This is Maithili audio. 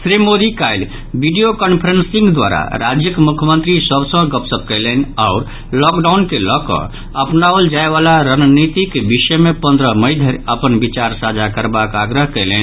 श्री मोदी काल्हि बिडियो कॉफ्रेंसिंग द्वारा राज्यक मुख्यमंत्री सभ सॅ गपशप कयलनि आओर लॉकडाउन के लऽकऽ अपनाओल जायबाला रणनीतिक विषय मे पन्द्रह मई धरि अपन विचार साझा करबाक आग्रह कयलनि